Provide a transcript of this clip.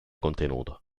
contenuto